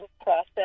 process